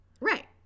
Right